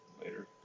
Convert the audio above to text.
Later